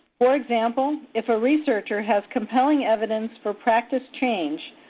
for example, if a researcher has compelling evidence for practice change,